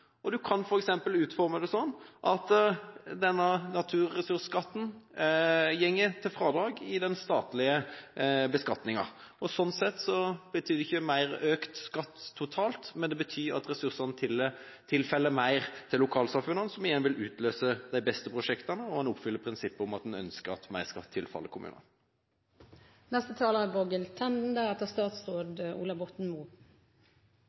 og du kan f.eks. utforme det slik at denne naturressursskatten går til fradrag i den statlige beskatningen. Sånn sett betyr det ikke mer økt skatt totalt, men at mer av ressursene tilfaller lokalsamfunnene, noe som igjen vil utløse de beste prosjektene, og en oppfyller prinsippet om at en ønsker at mer skatt tilfaller kommunene. I dag er